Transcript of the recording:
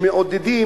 שמעודדים,